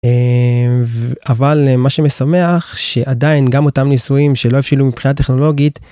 אבל מה שמשמח שעדיין גם אותם ניסויים שלא הבשילו מבחינה טכנולוגית